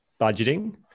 budgeting